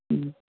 হুম